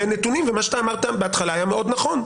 מה שאמרת בהתחלה, היה מאוד נכון.